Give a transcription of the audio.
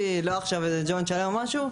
ניסיתי, לא ג'וינט שלם או משהו.